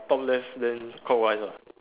top left then clockwise ah